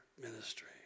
ministry